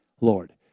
Lord